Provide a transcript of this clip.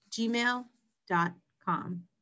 gmail.com